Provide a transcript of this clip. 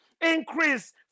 increase